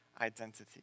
identity